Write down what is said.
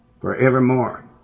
Forevermore